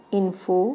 info